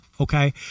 Okay